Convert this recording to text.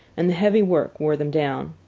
and the heavy work wore them down.